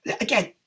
again